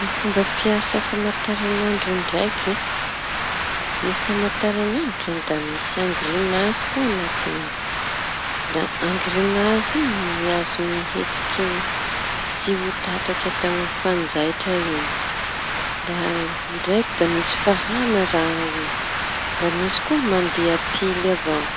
Ny fomba fiasa famantarañandro ndraiky. Ny famantarañ'andro zañy da misy angrenazy añatiñy ao. Da angrenazy iñy no miazoña ny hetsiky tsy ho tapaky atao fanjaitra iñy da ndraiky da misy fahaña raha io da misy koa mandea pily avao.